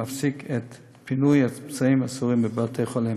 להפסיק את פינוי הפצועים הסורים לבתי-החולים.